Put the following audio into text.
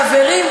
חברים,